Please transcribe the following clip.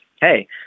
hey